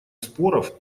споров